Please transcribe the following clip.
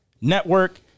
network